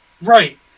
Right